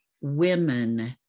Women